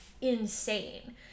insane